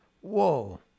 Whoa